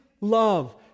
love